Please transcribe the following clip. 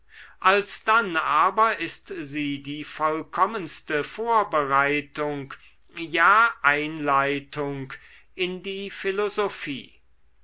alsdann aber ist sie die vollkommenste vorbereitung ja einleitung in die